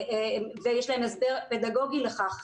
ויש לבית הספר הסבר פדגוגי לכך,